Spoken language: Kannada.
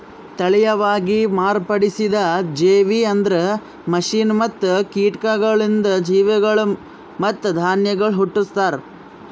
ತಳಿಯವಾಗಿ ಮಾರ್ಪಡಿಸಿದ ಜೇವಿ ಅಂದುರ್ ಮಷೀನ್ ಮತ್ತ ಟೆಕ್ನಿಕಗೊಳಿಂದ್ ಜೀವಿಗೊಳ್ ಮತ್ತ ಧಾನ್ಯಗೊಳ್ ಹುಟ್ಟುಸ್ತಾರ್